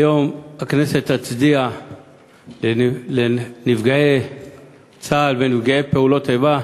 היום הכנסת תצדיע לנפגעי צה"ל ונפגעי פעולות איבה.